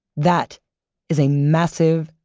that is a massive,